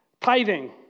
Tithing